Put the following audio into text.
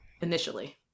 initially